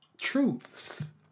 truths